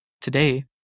Today